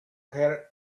her